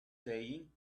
saying